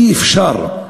אי-אפשר.